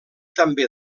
també